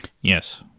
yes